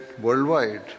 worldwide